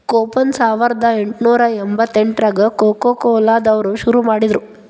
coupon ಸಾವರ್ದಾ ಎಂಟ್ನೂರಾ ಎಂಬತ್ತೆಂಟ್ರಾಗ ಕೊಕೊಕೊಲಾ ದವ್ರು ಶುರು ಮಾಡಿದ್ರು